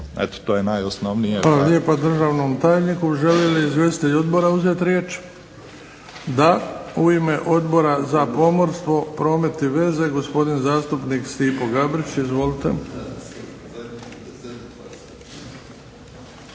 Eto to je najosnovnije.